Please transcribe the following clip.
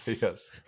Yes